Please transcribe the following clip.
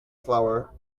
flour